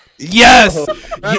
Yes